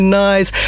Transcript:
nice